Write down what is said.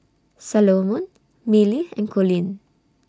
Salomon Millie and Coleen